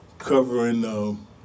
covering